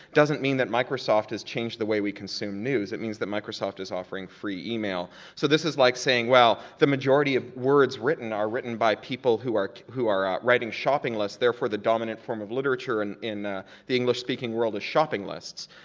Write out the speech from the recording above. doesn't mean that microsoft has changed the way we consume news, it means that microsoft is offering free email. so this is like saying well, the majority of words written are written by people who are who are writing shopping lists, therefore the dominant form of literature and in ah the english speaking world is shopping lists.